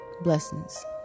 Blessings